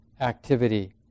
activity